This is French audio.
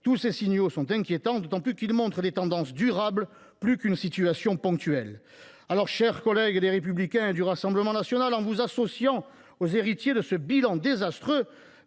Tous ces signaux sont inquiétants, d’autant qu’ils montrent des tendances durables plus qu’une situation ponctuelle. Chers collègues des groupes Les Républicains et Rassemblement national, en vous associant aux héritiers de ce bilan désastreux,